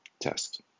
test